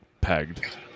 pegged